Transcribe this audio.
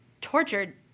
tortured